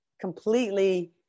Completely